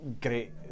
great